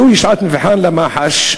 זוהי שעת מבחן למח"ש,